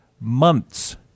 Months